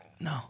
No